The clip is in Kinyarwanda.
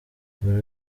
buri